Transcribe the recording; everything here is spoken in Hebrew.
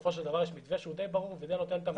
בסופו של דבר יש מתווה שהוא די ברור ונותן את המענה.